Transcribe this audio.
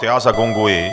Já zagonguji.